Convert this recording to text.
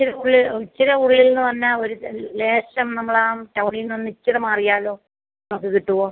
ഇച്ചിര ഇച്ചിര ഉള്ളിൽ എന്ന് പറഞ്ഞാൽ ഒരു അത് ലേശം നമ്മൾ ആ ടൗണിൽനിന്ന് ഒന്ന് ഇച്ചിര മാറിയാലോ നമുക്ക് കിട്ടുമോ